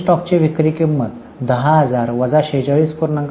तर क्लोजिंग स्टॉकची विक्री किंमत 10000 वजा 46